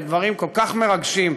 דברים כל כך מרגשים,